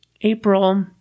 April